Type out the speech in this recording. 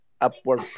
upward